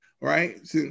right